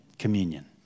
communion